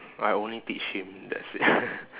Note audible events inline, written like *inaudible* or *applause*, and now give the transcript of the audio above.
I only teach him that's it *noise*